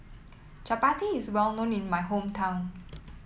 Chapati is well known in my hometown